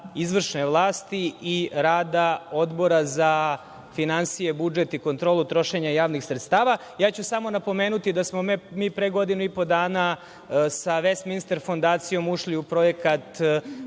izvršne vlasti i rada Odbora za finansije, budžet i kontrolu trošenja javnih sredstava. Samo ću napomenuti, da smo mi pre godinu i po dana sa „Vest minstef fondacijom“ ušli u projekat